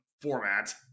format